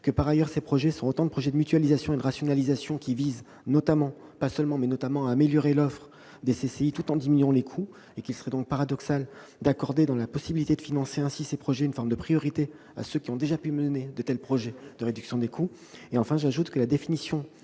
Par ailleurs, ces projets sont autant de projets de mutualisation et de rationalisation qui visent notamment à améliorer l'offre des chambres de commerce et d'industrie tout en diminuant les coûts. Il serait donc paradoxal d'accorder, dans la possibilité de financer ainsi ces projets, une forme de priorité à ceux qui ont déjà pu mener de tels projets de réduction des coûts. Enfin, j'ajoute que la définition